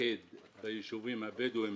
להתמקד ביישובים הבדואים